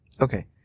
Okay